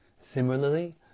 Similarly